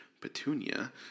Petunia